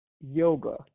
yoga